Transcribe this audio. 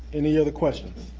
any other questions?